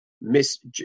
Miss